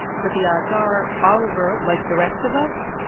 but the odds are oliver, like the rest of us,